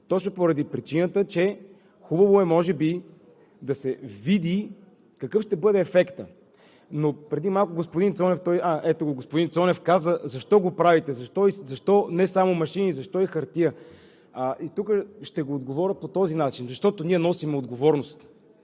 точно поради причината, че е хубаво може би да се види какъв ще бъде ефектът. Преди малко господин Цонев каза: „Защо го правите? Защо не само машини? Защо и хартия?“ Тук ще му отговоря по този начин: защото ние носим отговорност,